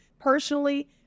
Personally